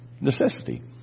Necessity